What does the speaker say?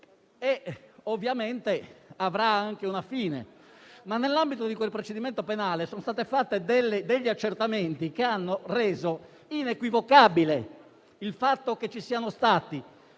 ignoti, che avrà anche una fine, ma nell'ambito di quel procedimento penale sono stati fatti accertamenti che hanno reso inequivocabile il fatto che ci siano stati